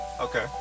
Okay